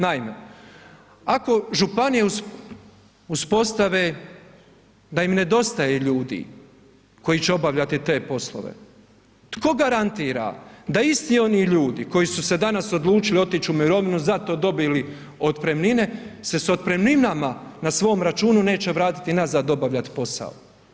Naime, ako županije uspostave da im nedostaje ljudi koji će obavljati te poslove, tko garantira da isti oni ljudi koji su se danas odlučili otić u mirovinu, za to dobili otpremnine se sa otpremnina na svom računu neće vratiti nazad obavljati posao?